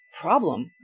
problem